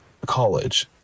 college